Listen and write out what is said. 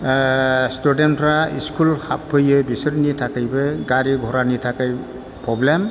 स्टुडेन्टफ्रा school हाबफैयो बिसोरनि थाखैबो गारि गरानि थाखाय प्रब्लेम